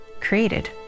created